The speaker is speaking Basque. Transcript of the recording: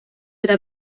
eta